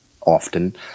often